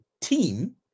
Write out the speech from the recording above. team